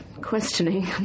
questioning